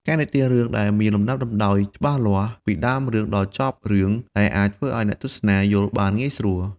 ការនិទានរឿងដែលមានលំដាប់លំដោយច្បាស់លាស់ ពីដើមរឿងដល់ចប់រឿងដែលអាចធ្វើឲ្យអ្នកទស្សនាយល់បានងាយស្រួល។